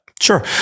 Sure